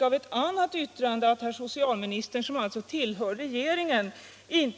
Av ett annat yttrande framgick att socialministern, som tillhör regeringen,